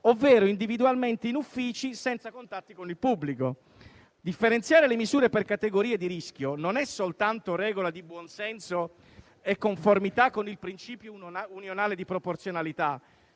ovvero individualmente in uffici senza contatti con il pubblico; differenziare le misure per categorie di rischio non è soltanto regola di buon senso e di conformità con il principio unionale di proporzionalità;